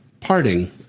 parting